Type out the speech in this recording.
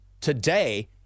today